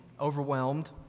overwhelmed